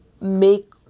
make